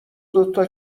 دوتا